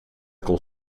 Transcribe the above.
kon